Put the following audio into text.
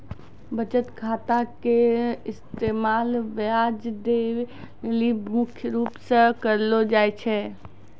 बचत खाता के इस्तेमाल ब्याज देवै लेली मुख्य रूप से करलो जाय छै